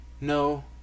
no